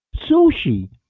Sushi